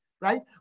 right